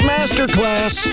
Masterclass